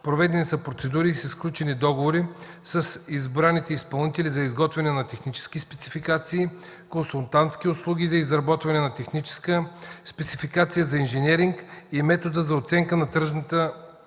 проведени са процедури и са сключени договори с избраните изпълнители за изготвяне на технически спецификации, консултантски услуги, за изработване на техническа спецификация, за инженеринг и метод за оценка на тръжната